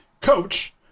coach